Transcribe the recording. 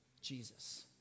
Jesus